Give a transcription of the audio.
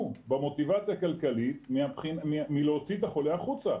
במוטיבציה כלכלית מלהוציא את החולה החוצה,